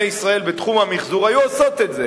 ישראל בתחום המיחזור היו עושות את זה.